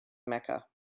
mecca